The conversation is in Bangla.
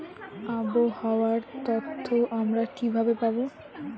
আবহাওয়ার তথ্য আমরা কিভাবে পাব?